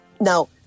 now